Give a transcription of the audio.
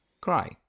cry